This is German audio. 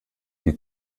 die